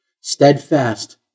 steadfast